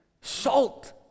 salt